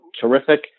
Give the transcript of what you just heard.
terrific